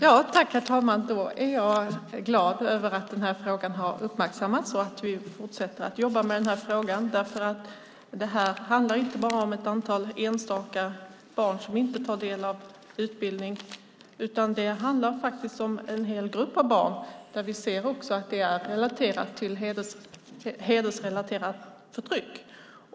Herr talman! Då är jag glad över att den här frågan har uppmärksammats och att vi fortsätter att jobba med den. Det här handlar inte bara om ett antal enstaka barn som inte tar del av utbildning. Det handlar faktiskt om en hel grupp av barn. Vi ser också att det är hedersrelaterat förtryck.